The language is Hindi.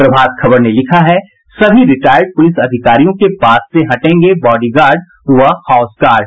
प्रभात खबर ने लिखा है सभी रिटायर्ड प्रलिस अधिकारियों के पास से हटेंगे बॉडीगार्ड व हाउस गार्ड